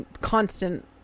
constant